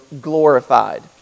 glorified